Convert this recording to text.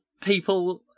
people